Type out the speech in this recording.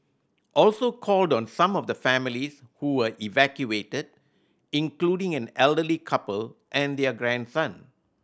also called on some of the families who were evacuated including an elderly couple and their grandson